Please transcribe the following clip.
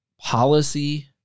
policy